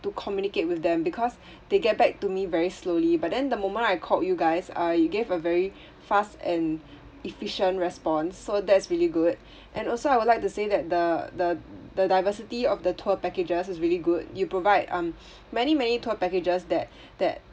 to communicate with them because they get back to me very slowly but then the moment I called you guys uh you gave a very fast and efficient response so that's really good and also I would like to say that the the the diversity of the tour packages is really good you provide um many many tour packages that that